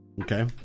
Okay